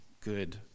good